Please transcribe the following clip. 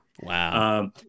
Wow